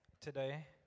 today